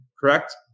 correct